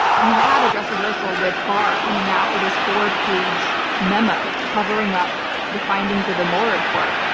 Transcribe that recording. we had a dress rehearsal with barr coming out with this four-page memo covering up the findings of the mueller report,